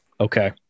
Okay